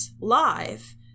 live